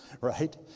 right